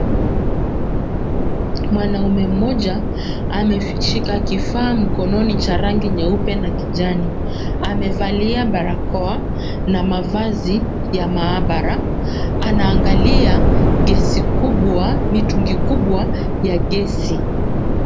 Mwanamume mmoja ameshika kifaa mkononi cha rangi nyeupe na kijani, amevalia barakoa na mavazi ya maabara, anaangalia gesi kubwa, mitungi kubwa ya gesi.